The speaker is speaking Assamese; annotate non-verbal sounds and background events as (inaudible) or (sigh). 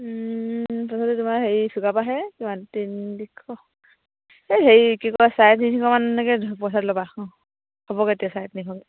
পাছতে তোমাৰ হেৰি চুকাফাহে কিমান (unintelligible) এই হেৰি কি কয় চাৰে তিনিশ মানলৈকে পইচাতো ল'বা (unintelligible) হ'বগে তেতিয়া চাৰে তিনিশকে